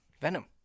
Venom